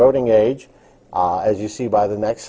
voting age as you see by the next